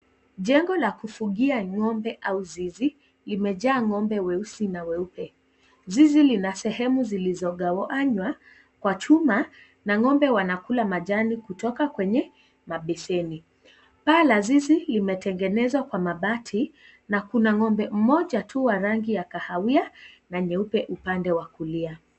Jengo la kufugia ng'ombe au zizi limejaa ng'ombe weusi na weupe. Zizi lina sehemu zilizogawanywa kwa chuma na ng'ombe wanakula majani kutoka kwenye mabeseni. Paa la zizi limetengenezwa kwa mabati na kuna ng'ombe mmoja tu wa rangi ya kahawia na nyeupe upande wa kulia.